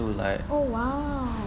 oh !wow!